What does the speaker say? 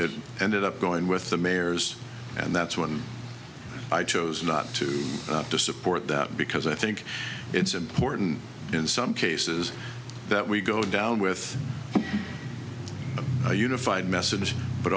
it ended up going with the mayors and that's one i chose not to to support that because i think it's important in some cases that we go down with a unified message but